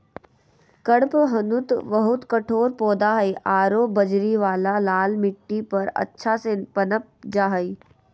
कडपहनुत बहुत कठोर पौधा हइ आरो बजरी वाला लाल मिट्टी पर अच्छा से पनप जा हइ